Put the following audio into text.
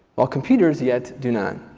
while computers yet do not.